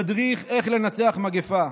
המדריך "איך לנצח מגפה".